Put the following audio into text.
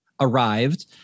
arrived